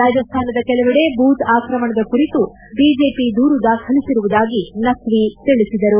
ರಾಜಸ್ಥಾನದ ಕೆಲವೆಡೆ ಬೂತ್ ಆಕ್ರಮಣದ ಕುರಿತು ಬಿಜೆಪಿ ದೂರು ದಾಖಲಿಸಿರುವುದಾಗಿ ನಖ್ವಿ ತಿಳಿಸಿದರು